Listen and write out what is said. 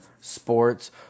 sports